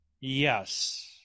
Yes